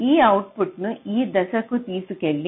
ఈ అవుట్పుట్ను ఈ దశకు తీసుకెళ్లాలి